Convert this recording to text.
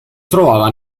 trovava